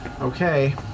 Okay